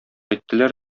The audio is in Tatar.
иттеләр